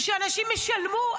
ושאנשים ישלמו,